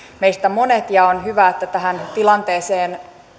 meistä monet ja on hyvä että tähän tilanteeseen